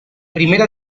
primera